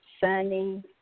sunny